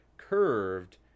curved